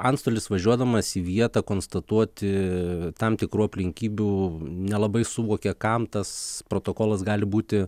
antstolis važiuodamas į vietą konstatuoti tam tikrų aplinkybių nelabai suvokia kam tas protokolas gali būti